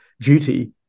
duty